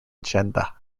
agenda